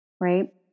right